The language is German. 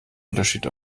unterschied